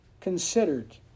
considered